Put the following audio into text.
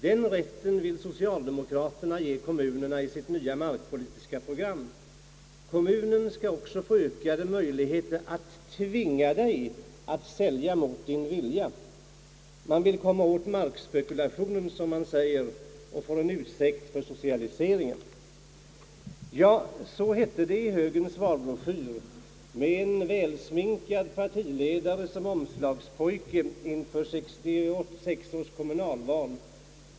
Den rätten vill socialdemokraterna ge kommunerna i sitt nya markpolitiska program. Kommunen ska också få ökade möjligheter att tvinga dig att sälja mot din vilja. Man vill komma åt markspekulation, säger man — och får en ursäkt för socialiseringen...» Ja, så hette det i högerns valbroschyr, med en välsminkad partiledare som omslagspojke, inför kommunalvalet 1966.